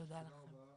תודה רבה.